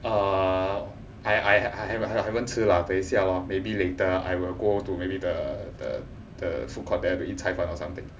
uh I I haven't haven't haven't 吃 lah 等下 lah maybe later I'll go to maybe the the the food court and probably eat 菜饭 or something